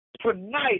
tonight